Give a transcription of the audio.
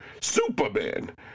Superman